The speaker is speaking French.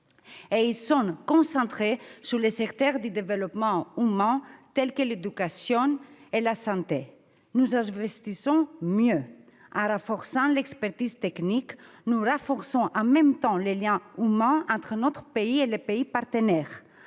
-et ils sont concentrés sur les secteurs du développement humain, tels que l'éducation et la santé. Nous investissons aussi mieux. En renforçant l'expertise technique, nous renforçons en même temps les liens humains entre notre pays et les pays partenaires.